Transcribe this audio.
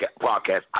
podcast